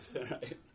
right